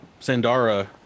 Sandara